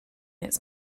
its